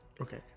Okay